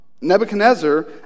Nebuchadnezzar